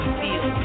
feel